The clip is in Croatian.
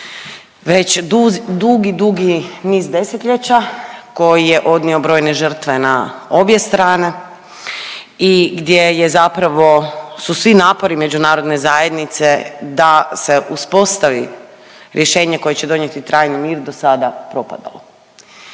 već dugi, dugi niz desetljeća koji je odnio brojne žrtve na obje strane i gdje je zapravo su svi napori međunarodne zajednice da se uspostavi rješenje koje će donijeti trajni mir do sada propadalo.